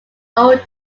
old